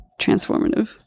transformative